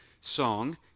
song